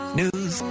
news